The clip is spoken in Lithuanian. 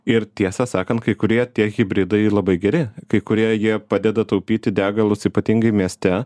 ir tiesą sakant kai kurie tie hibridai labai geri kai kurie jie padeda taupyti degalus ypatingai mieste